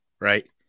right